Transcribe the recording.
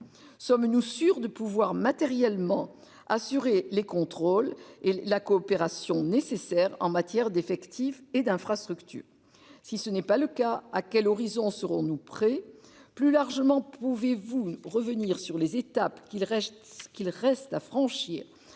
sommes-nous sûrs de pouvoir matériellement assurer les contrôles et la coopération nécessaire en matière d'effectifs et d'infrastructures. Si ce n'est pas le cas à quel horizon. Serons-nous prêts plus largement. Pouvez-vous revenir sur les étapes qu'il reste ce